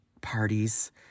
parties